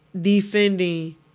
defending